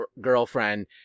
girlfriend